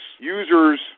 users